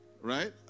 right